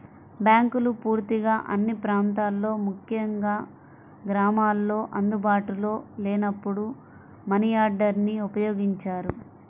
బ్యాంకులు పూర్తిగా అన్ని ప్రాంతాల్లో ముఖ్యంగా గ్రామాల్లో అందుబాటులో లేనప్పుడు మనియార్డర్ని ఉపయోగించారు